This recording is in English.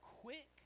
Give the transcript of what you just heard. quick